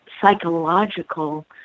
psychological